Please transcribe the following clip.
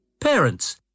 Parents